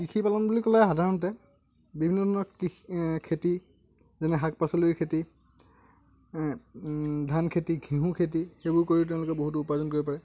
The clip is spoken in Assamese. কৃষি পালন বুলি ক'লে সাধাৰণতে বিভিন্ন ধৰণৰ খেতি যেনে শাক পাচলিৰ খেতি ধান খেতি ঘেঁহু খেতি সেইবোৰ কৰি তেওঁলোকে বহুতো উপাৰ্জন কৰিব পাৰে